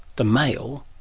the male,